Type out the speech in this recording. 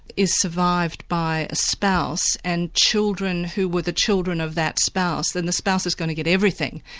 is survived by a spouse and children who were the children of that spouse, then the spouse is going to get everything,